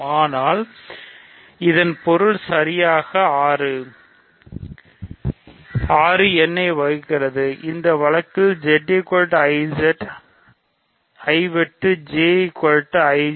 ஆனால் இதன் பொருள் சரியாக 6 n ஐ வகுக்கிறது இந்த வழக்கில்Z IJ I வெட்டு J IJ